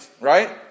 right